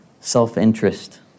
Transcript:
self-interest